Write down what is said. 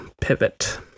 pivot